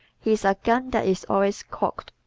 he is a gun that is always cocked.